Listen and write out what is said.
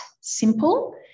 simple